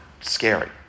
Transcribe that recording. scary